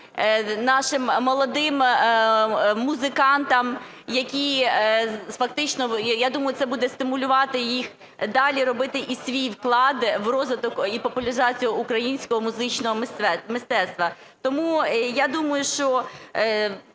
нашим молодим музикантам, які фактично… Я думаю, це буде стимулювати їх далі робити і свій вклад в розвиток і популяризацію українського музичного мистецтва. Тому я думаю, що